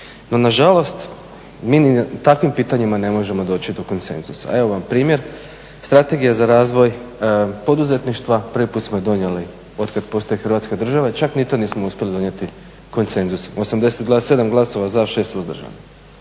No, nažalost mi ni na takvim pitanjima ne možemo doći do konsenzusa. Evo vam primjer, Strategija za razvoj poduzetništva. Prvi put smo je donijeli otkad postoji Hrvatska država i čak ni to nismo uspjeli donijeti konsenzusom. 87 glasova za, 6 suzdržanih.